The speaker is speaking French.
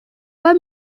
pas